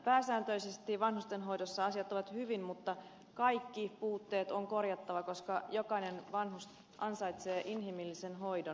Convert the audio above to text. pääsääntöisesti vanhustenhoidossa asiat ovat hyvin mutta kaikki puutteet on korjattava koska jokainen vanhus ansaitsee inhimillisen hoidon